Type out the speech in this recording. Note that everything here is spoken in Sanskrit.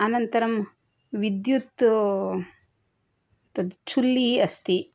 अनन्तरं विद्युत् तत् चुल्ली अस्ति